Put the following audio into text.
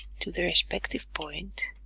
to the respective point